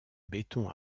béton